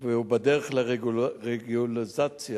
בדרך לרגולציה